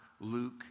Luke